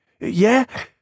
Yeah